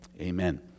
amen